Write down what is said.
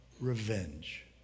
revenge